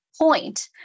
point